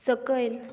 सकयल